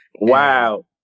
Wow